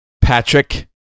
Patrick